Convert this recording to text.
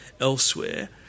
elsewhere